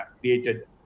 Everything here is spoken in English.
created